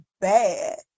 bad